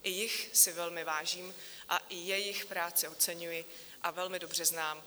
I jich si velmi vážím a i jejich práci oceňuji a velmi dobře znám.